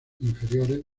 inferiores